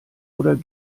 oder